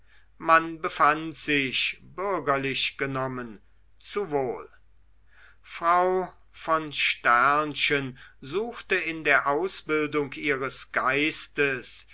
man befand sich bürgerlich genommen zu wohl frau von suchte in der ausbildung ihres geistes